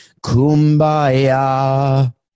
kumbaya